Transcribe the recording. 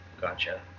Gotcha